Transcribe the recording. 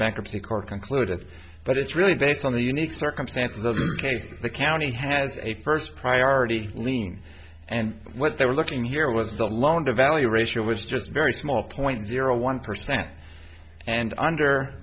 bankruptcy court concluded but it's really based on the unique circumstances of this case the county has a first priority lien and what they were looking here was the loan to value ratio was just very small point zero one percent and under